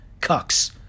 cucks